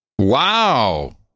Wow